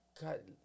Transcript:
cut